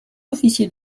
officier